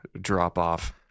drop-off